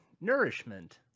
Nourishment